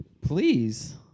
Please